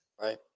Right